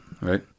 right